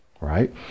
right